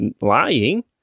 lying